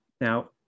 Now